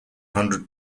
hundred